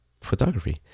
photography